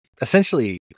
essentially